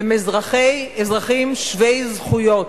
הם אזרחים שווי זכויות,